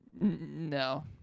No